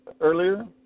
earlier